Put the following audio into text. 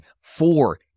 Four